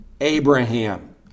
Abraham